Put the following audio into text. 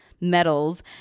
medals